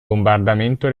bombardamento